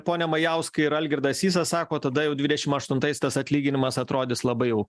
pone majauskai ir algirdas sysas sako tada jau dvidešim aštuntais tas atlyginimas atrodys labai jau